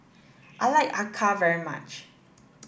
I like Acar very much